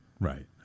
right